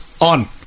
on